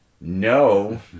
no